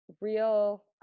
real